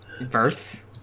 Verse